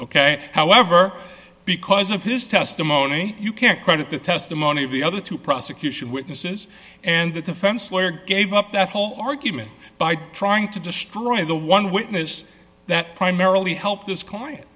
ok however because of his testimony you can't credit the testimony of the other two prosecution witnesses and the defense lawyer gave up that whole argument by trying to destroy the one witness that primarily helped this c